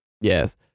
Yes